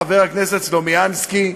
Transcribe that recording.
חבר הכנסת סלומינסקי,